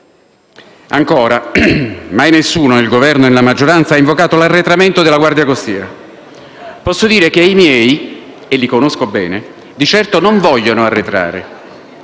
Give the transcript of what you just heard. Ancora, mai nessuno nel Governo e nella maggioranza ha invocato l'arretramento della Guardia costiera. Posso dire che i miei - e li conosco bene - di certo non vogliono arretrare,